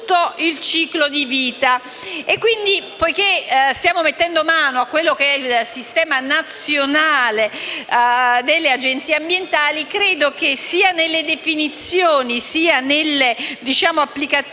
al Sistema nazionale delle Agenzie ambientali, credo che sia nelle definizioni, sia nelle applicazioni